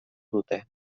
dute